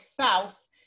south